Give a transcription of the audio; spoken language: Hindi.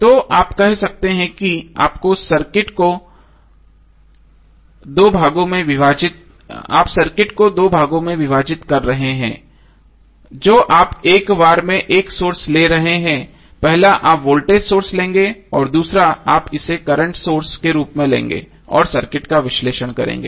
तो आप कह सकते हैं कि आप सर्किट को 2 भागों में विभाजित कर रहे हैं जो आप एक बार में 1 सोर्स ले रहे हैं पहला आप वोल्टेज सोर्स लेंगे और दूसरा आप इसे करंट सोर्स के रूप में लेंगे और सर्किट का विश्लेषण करेंगे